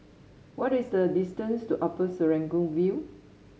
what is the distance to Upper Serangoon View